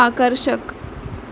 आकर्षक